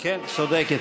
כן, צודקת.